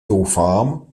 doufám